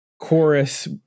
chorus